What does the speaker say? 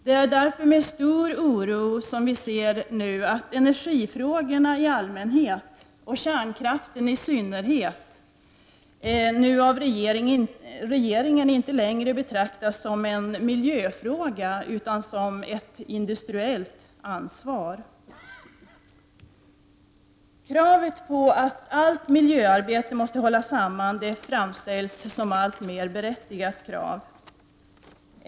Det är därför med stor oro som vi nu ser att energifrågorna i allmänhet och kärnkraften i synnerhet av regeringen inte längre betraktas som en miljöfråga utan som ett industriellt ansvar. Kravet på att allt miljöarbete måste hållas samman framställs som alltmer berättigat.